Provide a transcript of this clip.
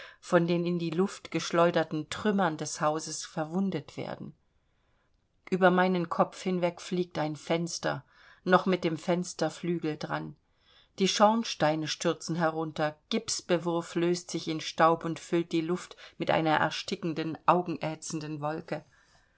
von den in die luft geschleuderten trümmern des hauses verwundet werden über meinen kopf weg fliegt ein fenster noch mit dem fensterflügel dran die schornsteine stürzen herunter gypsbewurf löst sich in staub und füllt die luft mit einer erstickenden augenätzenden wolke